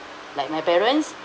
like my parents